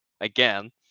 again